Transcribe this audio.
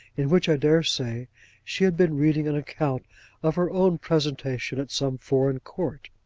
in which i dare say she had been reading an account of her own presentation at some foreign court.